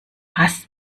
was